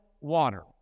water